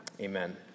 amen